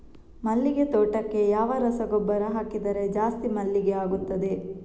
ಮಲ್ಲಿಗೆ ತೋಟಕ್ಕೆ ಯಾವ ರಸಗೊಬ್ಬರ ಹಾಕಿದರೆ ಜಾಸ್ತಿ ಮಲ್ಲಿಗೆ ಆಗುತ್ತದೆ?